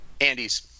Andes